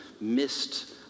missed